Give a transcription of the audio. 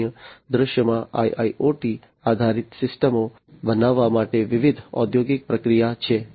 0 દૃશ્યમાં IIoT આધારિત સિસ્ટમો બનાવવા માટેની વિવિધ ઔદ્યોગિક પ્રક્રિયાઓ છે